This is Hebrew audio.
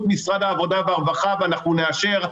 משרד העבודה והרווחה ואנחנו נאשר.